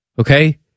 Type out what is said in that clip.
okay